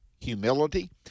humility